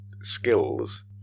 skills